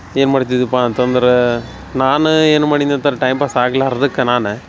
ಏನು ಮಾಡ್ತಿದಿಪಾ ಅಂತಂದ್ರ ನಾನು ಏನು ಮಾಡಿನ್ಯಂತರ ಟೈಮ್ ಪಾಸ್ ಆಗ್ಲಾರ್ದಕ್ಕೆ ನಾನು